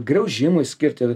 graužimui skirti